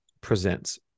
presents